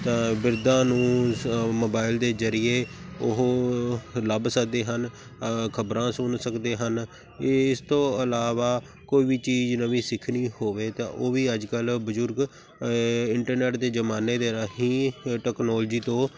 ਤਾਂ ਬਿਰਧਾਂ ਨੂੰ ਇਸ ਮੋਬਾਈਲ ਦੇ ਜ਼ਰੀਏ ਉਹ ਲੱਭ ਸਕਦੇ ਹਨ ਖਬਰਾਂ ਸੁਣ ਸਕਦੇ ਹਨ ਇਸ ਤੋਂ ਇਲਾਵਾ ਕੋਈ ਵੀ ਚੀਜ਼ ਨਵੀਂ ਸਿੱਖਣੀ ਹੋਵੇ ਤਾਂ ਉਹ ਵੀ ਅੱਜ ਕੱਲ੍ਹ ਬਜ਼ੁਰਗ ਇੰਟਰਨੈਟ ਦੇ ਜ਼ਮਾਨੇ ਦੇ ਰਾਹੀਂ ਟੈਕਨੋਲਜੀ ਤੋਂ